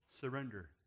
Surrender